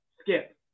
Skip